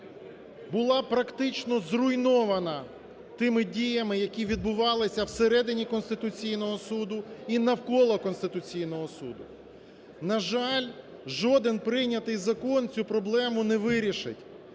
була практично зруйнована тими діями, які відбувалися в середині Конституційного Суду і навколо Конституційного Суду. На жаль, жоден прийнятий закон цю проблему не вирішить,